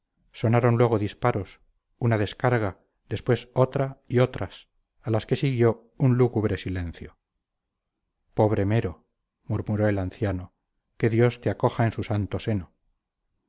sonaron luego disparos una descarga después otra y otras a las que siguió un lúgubre silencio pobre mero murmuró el anciano que dios te acoja en su santo seno